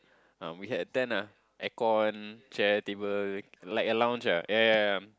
uh we had a tent ah aircon chair table like a lounge ah yea yea yea